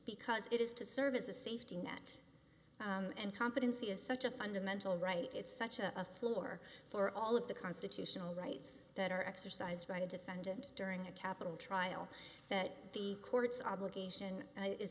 because it is to serve as a safety net and competency is such a fundamental right it's such a floor for all of the constitutional rights that are exercised by the defendant during a capital trial that the court's obligation is